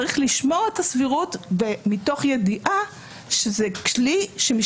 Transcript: צריך לשמור את הסבירות מתוך ידיעה שזה כלי שבתי משפט